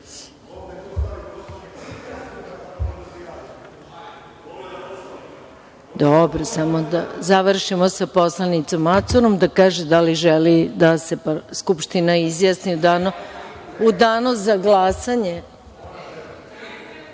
Dobro, samo da završimo sa poslanicom Macurom, da kaže da li želi da se Skupština izjasni u danu za